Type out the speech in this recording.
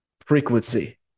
frequency